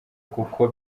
kuko